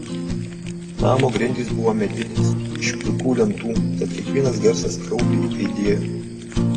namo grindys buvo medinės iš plikų lentų tad kiekvienas garsas kraupiai aidėjo